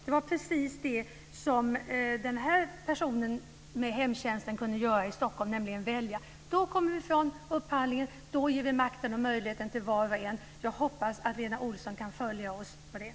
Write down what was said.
Det var precis det som den person jag talade om kunde göra i Stockholm. Hon kunde välja. Då kommer vi ifrån upphandling, då ger vi makt och möjlighet till var och en. Jag hoppas att Lena Olsson kan följa oss i det.